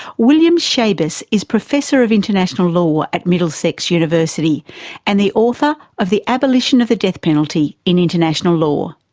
william schabas is professor of international law at middlesex university and the author of the abolition of the death penalty in international law.